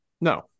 No